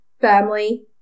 family